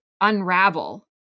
unravel